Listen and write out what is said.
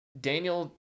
Daniel